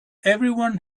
everyone